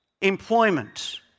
employment